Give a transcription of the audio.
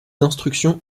d’instruction